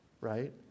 right